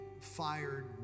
fired